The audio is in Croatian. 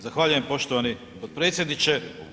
Zahvaljujem poštovani potpredsjedniče.